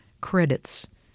credits